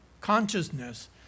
consciousness